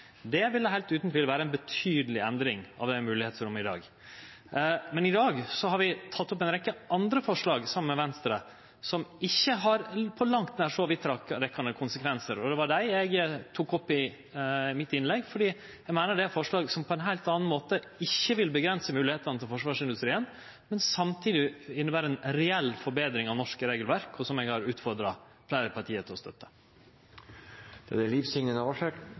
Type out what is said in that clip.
heilt utan tvil vere ei betydeleg endring av moglegheitsrommet i dag. Men i dag har vi teke opp ei rekkje andre forslag saman med Venstre, som ikkje har på langt nær så vidtrekkjande konsekvensar, og det var dei eg tok opp i mitt innlegg. Eg meiner at det er forslag som på ein heilt annan måte ikkje vil avgrense moglegheita for forsvarsindustrien, men samtidig innebere ei reell forbetring av norsk regelverk, som eg har utfordra fleire parti til å støtte.